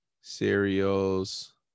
cereals